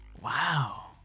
Wow